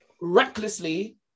recklessly